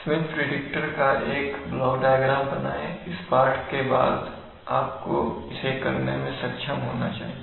Smith predictor का एक block diagram बनाएं इस पाठ के बाद आपको इसे करने में सक्षम होना चाहिए